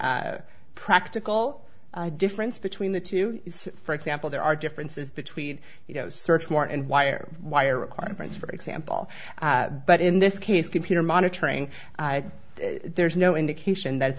one practical difference between the two for example there are differences between you know search warrant and wire wire requirements for example but in this case computer monitoring there's no indication that